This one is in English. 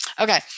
Okay